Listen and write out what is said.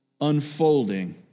unfolding